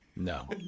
No